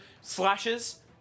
slashes